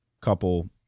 couple